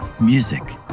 Music